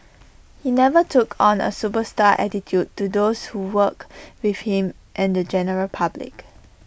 he never took on A superstar attitude to those who worked with him and the general public